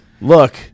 Look